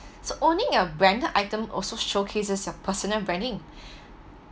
so owning a branded items also showcases a personal branding